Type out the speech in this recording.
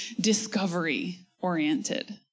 discovery-oriented